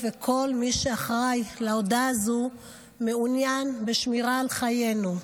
וכל מי שאחראי להודעה הזו מעוניין בשמירה על חיינו,